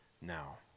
now